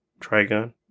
Trigon